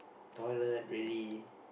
toilet really